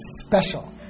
special